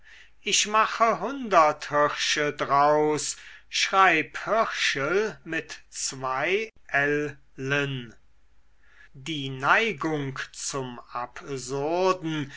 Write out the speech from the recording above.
ich mache hundert hirsche draus schreib hirschell mit zwei llen die neigung zum